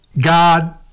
God